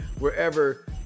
wherever